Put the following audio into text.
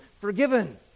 forgiven